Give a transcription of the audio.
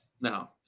No